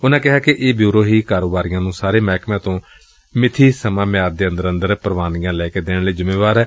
ਉਨੂਾਂ ਕਿਹਾ ਕਿ ਇਹ ਬਿਉਰੋ ਹੀ ਕਾਰੋਬਾਰੀਆਂ ਨੂੰ ਸਾਰੇ ਮਹਿਕਮਿਆਂ ਤੋਂ ਮਿੱਥੀ ਗਈ ਸਮਾਂ ਮਿਆਦ ਦੇ ਅੰਦਰ ਅੰਦਰ ਸਾਰੀਆਂ ਪੂਵਾਨਗੀਆਂ ਲੈ ਕੇ ਦੇਣ ਲਈ ਜ਼ਿਮੇਵਾਰ ਏ